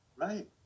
Right